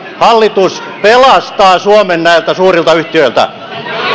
hallitus pelastaa suomen näiltä suurilta yhtiöiltä